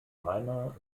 weimar